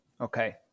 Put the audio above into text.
Okay